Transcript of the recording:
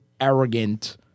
arrogant